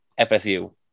FSU